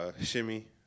shimmy